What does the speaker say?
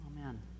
Amen